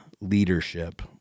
leadership